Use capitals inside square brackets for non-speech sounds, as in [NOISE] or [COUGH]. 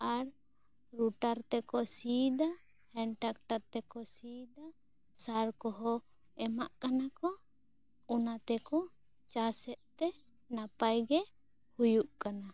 ᱟᱨ ᱨᱩᱴᱟᱨ [UNINTELLIGIBLE] ᱛᱮᱠᱚ ᱥᱤ ᱮᱫᱟ ᱦᱮᱱᱴᱨᱟᱴᱚᱨ ᱛᱮᱠᱚ ᱥᱤ ᱮᱫᱟ ᱥᱟᱨ ᱠᱚᱦᱚᱸ ᱮᱢᱟᱜ ᱠᱟᱱᱟ ᱠᱚ ᱚᱱᱟᱛᱮ ᱠᱚ ᱪᱟᱥᱮᱫ ᱛᱮ ᱱᱟᱯᱟᱭ ᱜᱮ ᱦᱩᱭᱩᱜ ᱠᱟᱱᱟ